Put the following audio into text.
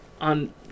on